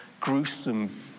gruesome